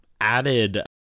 added